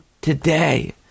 today